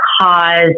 cause